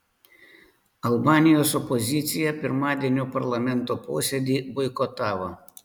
albanijos opozicija pirmadienio parlamento posėdį boikotavo